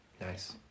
Nice